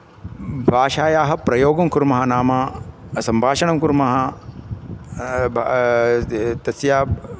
भाषायाः प्रयोगं कुर्मः नाम सम्भाषणं कुर्मः तस्या